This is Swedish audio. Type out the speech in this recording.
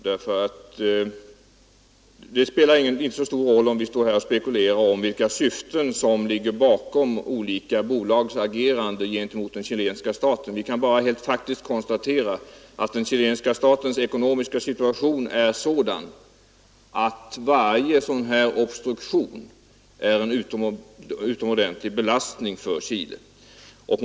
Det spelar inte så stor roll, om vi står här och spekulerar om vilka syften som ligger bakom olika bolags agerande gentemot den chilenska staten. Vi kan bara konstatera att den chilenska statens ekonomiska situation är sådan att varje obstruktion liknande denna är en utomordentlig belastning för landet.